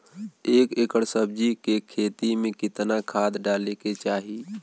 एक एकड़ सब्जी के खेती में कितना खाद डाले के चाही?